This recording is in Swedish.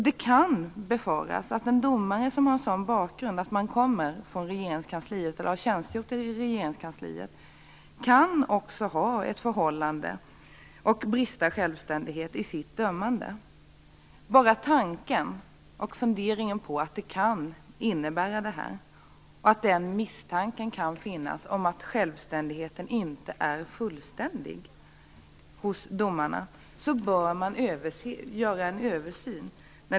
Det kan befaras att en domare som har en sådan bakgrund, som kommer från eller har tjänstgjort i Regeringskansliet, kan stå i ett visst förhållande och brista i självständighet i sitt dömande. Bara tanken på att det skulle kunna vara så, bara misstanken att självständigheten inte är fullständig hos domarna, innebär att man bör göra en översyn.